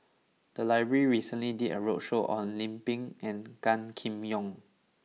the library recently did a roadshow on Lim Pin and Gan Kim Yong